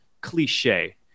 cliche